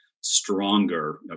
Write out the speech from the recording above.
stronger